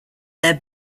their